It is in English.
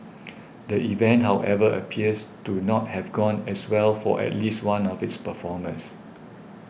the event however appears to not have gone as well for at least one of its performers